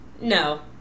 No